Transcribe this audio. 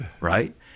right